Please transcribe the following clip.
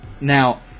Now